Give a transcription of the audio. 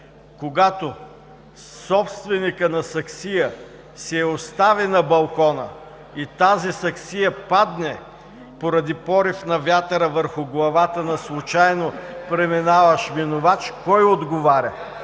когато собственикът на саксия си я остави на балкона и тази саксия падне поради порив на вятъра върху главата на случайно преминаващ минувач – кой отговаря?